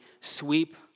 sweep